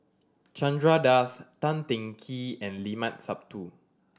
Chandra Das Tan Teng Kee and Limat Sabtu